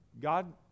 God